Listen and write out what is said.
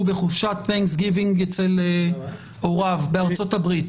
הוא בחופשה אצל הוריו בארצות הברית,